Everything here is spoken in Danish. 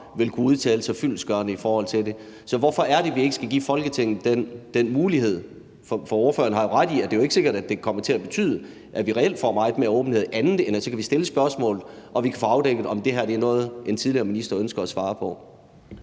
vil kunne udtale sig fyldestgørende i forhold til det. Så hvorfor er det, at vi ikke skal give Folketinget den mulighed? For ordføreren har jo ret i, at det ikke er sikkert, at det kommer til at betyde, at vi reelt får meget mere åbenhed, men at vi kan stille spørgsmål, og at vi kan få afdækket, om det er noget, en tidligere minister ønsker at svare på.